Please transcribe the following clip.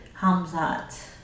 Hamzat